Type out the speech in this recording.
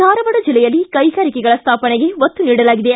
ಧಾರವಾಡ ಜಿಲ್ಲೆಯಲ್ಲಿ ಕೈಗಾರಿಕೆಗಳ ಸ್ವಾಪನೆಗೆ ಒತ್ತು ನೀಡಲಾಗಿದೆ